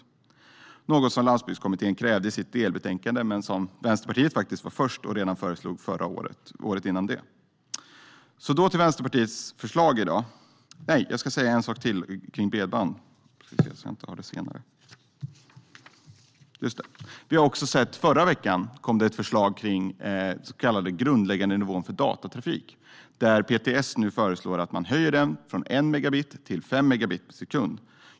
Det är något som Landsbygdskommittén krävde i sitt delbetänkande men som Vänsterpartiet faktiskt var först med och föreslog redan året före det. Förra veckan kom det också ett förslag kring den så kallade grundläggandenivån för datatrafik, där PTS nu föreslår att man höjer den från 1 megabit till 5 megabit per sekund.